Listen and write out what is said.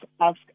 ask